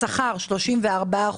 שכר 34%,